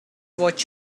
what